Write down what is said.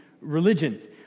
religions